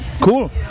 cool